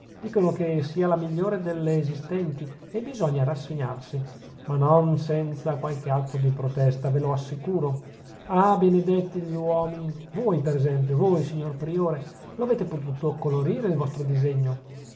dicono che sia la migliore delle esistenti e bisogna rassegnarsi ma non senza qualche atto di protesta ve l'assicuro ah benedetti gli uomini voi per esempio voi signor priore lo avete potuto colorire il vostro disegno